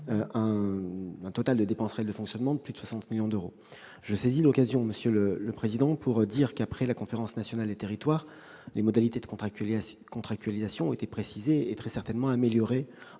un total de dépenses réelles de fonctionnement de plus de 60 millions d'euros. Je saisis l'occasion qui m'est donnée pour le souligner, après la Conférence nationale des territoires, les modalités de contractualisation ont été précisées et très certainement améliorées,